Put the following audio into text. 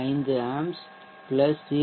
5 amps 0